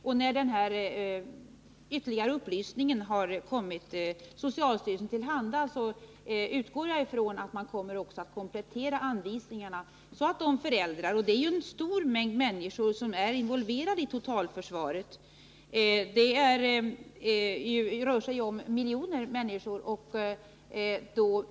Jag utgår ifrån att man på socialstyrelsen, när ytterligare upplysning kommit socialstyrelsen till handa, kommer att komplettera anvisningarna, så att de föräldrar som är berörda kan få besked. Det är en stor mängd människor som är involverade i totalförsvaret — det rör sig om miljoner människor.